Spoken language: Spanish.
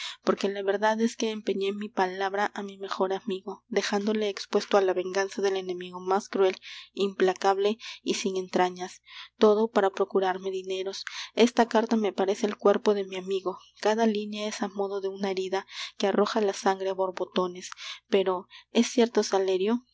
porque la verdad es que empeñé mi palabra á mi mejor amigo dejándole expuesto á la venganza del enemigo más cruel implacable y sin entrañas todo para procurarme dineros esta carta me parece el cuerpo de mi amigo cada línea es á modo de una herida que arroja la sangre á borbotones pero es cierto salerio